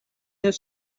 their